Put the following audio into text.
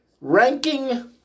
ranking